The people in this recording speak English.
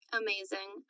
amazing